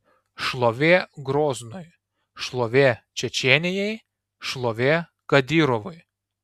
šlovė groznui šlovė čečėnijai šlovė kadyrovui